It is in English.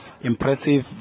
impressive